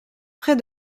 frais